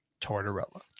Tortorella